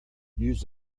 use